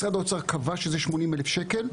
משרד האוצר קבע שזה 80 אלף שקלים.